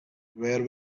where